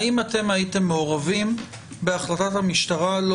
האם אתם הייתם מעורבים בהחלטת המשטרה לא